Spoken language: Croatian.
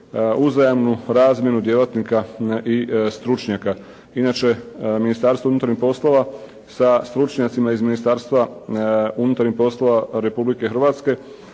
uzajamnu razmjenu djelatnika i stručnjaka. Inače Ministarstvo unutarnjih poslova sa stručnjacima iz Ministarstva unutarnjih poslova Republike Hrvatske